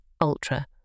Ultra